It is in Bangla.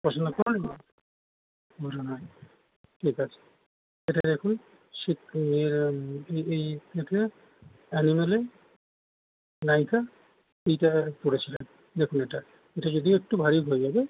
পছন্দ হয় পছন্দ হয় নি ঠিক আছে এটা দেখুন সীত এই এটা অ্যানিমেলে নায়িকা সীতাহার পরেছিলেন দেখুন এটা এটা যদিও একটু ভারী হয়ে যাবে